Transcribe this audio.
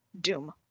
Doom